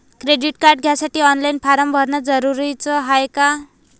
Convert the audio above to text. Credit card घ्यासाठी online form भरन जरुरीच हाय का?